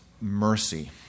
mercy